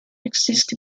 exists